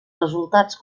resultats